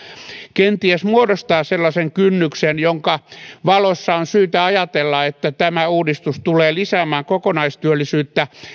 kenties muodostaa sellaisen kynnyksen jonka valossa on syytä ajatella että tämä uudistus tulee lisäämään kokonaistyöllisyyttä